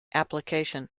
application